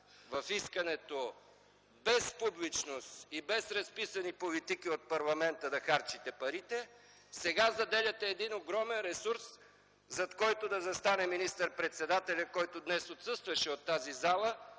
в искането без публичност и без разписани политики от парламента да харчите парите, сега заделяте огромен ресурс, зад който да застане министър-председателят, който днес отсъстваше от тази зала,